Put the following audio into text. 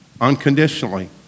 unconditionally